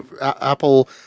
Apple